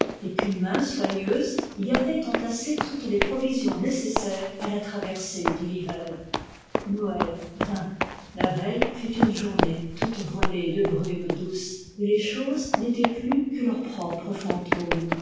et qu'une main soigneuse y avait entassé toutes les provisions nécessaires à la traversée de l'hiver noël vint la veille fut une journée toute voilée de brume douce où les choses n'étaient plus que leur propre fantôme